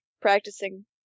Practicing